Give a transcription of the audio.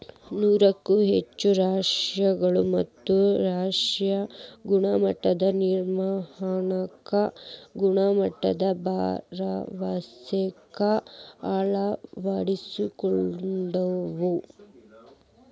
ನೂರಕ್ಕೂ ಹೆಚ್ಚ ರಾಷ್ಟ್ರಗಳು ತಮ್ಮ ರಾಷ್ಟ್ರೇಯ ಗುಣಮಟ್ಟದ ನಿರ್ವಹಣಾಕ್ಕ ಗುಣಮಟ್ಟದ ಭರವಸೆಕ್ಕ ಅಳವಡಿಸಿಕೊಂಡಾವ